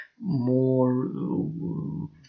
More